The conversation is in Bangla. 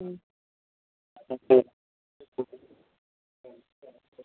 হুম